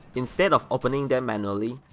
instead of opening them manually,